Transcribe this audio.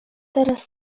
teraz